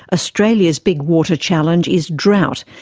australia's big water challenge is drought,